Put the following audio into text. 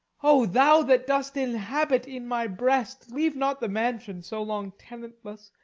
o thou that dost inhabit in my breast, leave not the mansion so long tenantless,